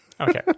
Okay